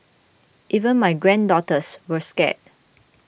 even my granddaughters were scared